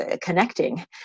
connecting